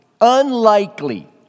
unlikely